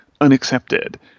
unaccepted